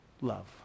Love